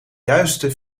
juiste